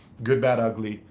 good, bad, ugly,